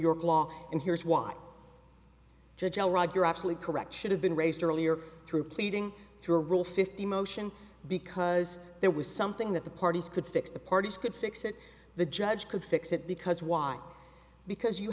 york law and here's why just tell rob you're absolutely correct should have been raised earlier through pleading through a rule fifty motion because there was something that the parties could fix the parties could fix it the judge could fix it because why because you